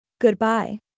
Goodbye